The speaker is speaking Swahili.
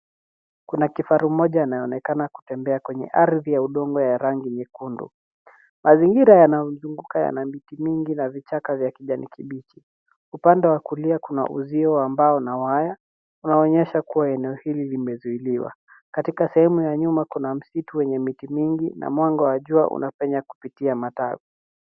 Kuna kifaru mmoja anayeonekana kutembea kwenye ardhi ya udongo ya rangi nyekundu. Mazingira yanayozunguka yana miti mingi na vichaka vya kijani kibichi. Upande wa kulia kuna uzio wa mbao na waya unaonyesha kuwa eneo hili limezuiliwa. Katika sehemu ya nyuma kuna msitu wenye miti mingi na mwanga wa jua unapenya kupitia matawi.